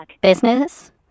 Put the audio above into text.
Business